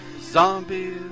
Zombies